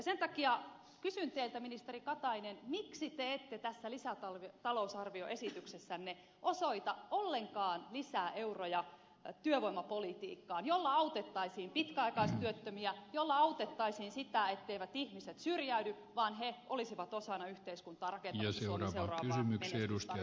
sen takia kysyn teiltä ministeri katainen miksi te ette tässä lisätalousarvioesityksessänne osoita ollenkaan lisää euroja työvoimapolitiikkaan jolla autettaisiin pitkäaikaistyöttömiä ja jolla autettaisiin sitä etteivät ihmiset syrjäydy vaan he olisivat osana yhteiskuntaa rakentamassa suomen seuraavaa menestystarinaa